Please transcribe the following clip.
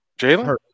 Jalen